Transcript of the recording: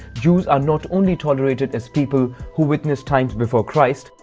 jews are not only tolerated as people who witnessed times before christ,